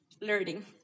learning